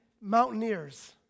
mountaineers